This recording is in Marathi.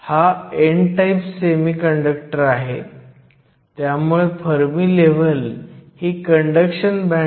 तर n बाजूला हा माझा कंडक्शन बँड आहे हा माझा व्हॅलेन्स बँड आहे हे अंतर दुसरे काहीही नाही Eg जे 1